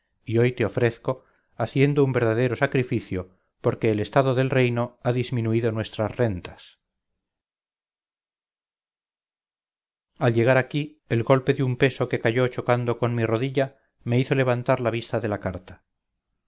y hoy te ofrezco haciendo un verdadero sacrificio porque el estado del reino ha disminuido nuestras rentas al llegar aquí el golpe de un peso que cayó chocando con mi rodilla me hizo levantar la vista de la carta